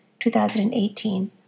2018